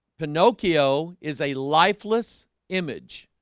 pinocchio is a lifeless image